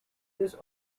this